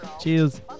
Cheers